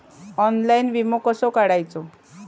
Online विमो कसो काढायचो?